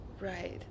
Right